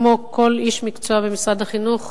כמו כל איש מקצוע במשרד החינוך,